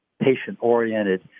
patient-oriented